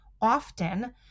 often